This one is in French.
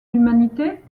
l’humanité